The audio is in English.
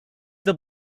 the